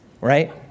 right